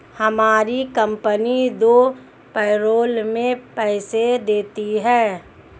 हमारी कंपनी दो पैरोल में पैसे देती है